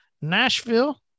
Nashville